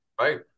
Right